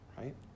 right